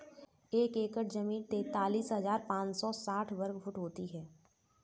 एक एकड़ जमीन तैंतालीस हजार पांच सौ साठ वर्ग फुट होती है